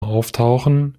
auftauchen